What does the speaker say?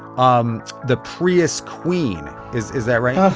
um the prius queen. is is that right? yeah